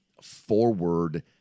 forward